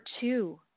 two